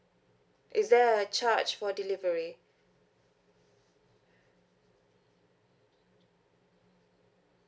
is there a charge for delivery